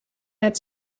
het